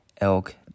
elk